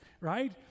right